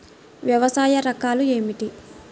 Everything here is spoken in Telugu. వ్యవసాయ రకాలు ఏమిటి?